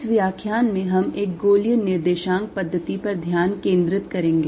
इस व्याख्यान में हम एक गोलीय निर्देशांक पद्धति पर ध्यान केंद्रित करेंगे